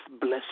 bless